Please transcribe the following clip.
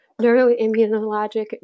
neuroimmunologic